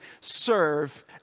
serve